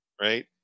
right